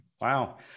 Wow